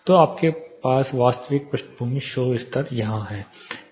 तो आपका वास्तविक पृष्ठभूमि शोर स्तर यहां है